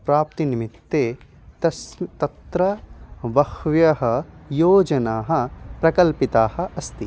प्राप्तिः निमित्ते तस्य तत्र बहव्यः योजनाः प्रकल्पिताः अस्ति